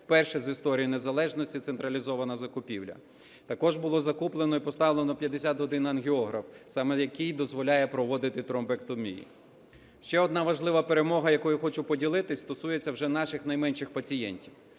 вперше з історії незалежності централізована закупівля. Також було закуплено і поставлено 51 ангіограф, саме який дозволяє проводити тромбектомії. Ще одна важлива перемога, якою хочу поділитись, стосується вже наших найменших пацієнтів.